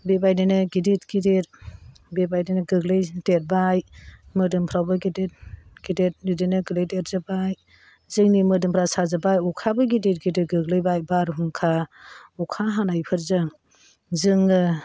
बेबादिनो गिदिर गिदिर बेबादिनो गोग्लैदेरबाय मोदोमफ्रावबो गेदेर गेदेर बिदिनो गोलै देरजोब्बाय जोंनि मोदोमफ्रा साजोब्बाय अखायाबो गिदिर गिदिर गोग्लैबाय बारहुंखा अखा हानायफोरजों जोङो